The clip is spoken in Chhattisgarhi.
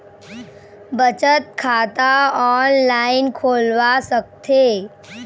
बचत खाता ऑनलाइन खोलवा सकथें?